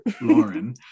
Lauren